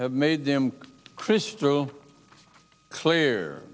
have made them chris through clear